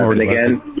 again